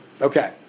Okay